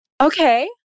Okay